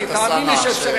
אפשר, תאמין לי שאפשר.